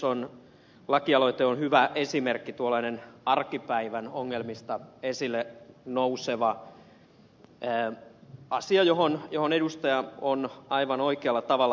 kaltiokummun lakialoite on hyvä esimerkki tuollainen arkipäivän ongelmista esille nouseva asia johon edustaja on aivan oikealla tavalla puuttunut